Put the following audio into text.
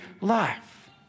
life